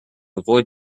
avoid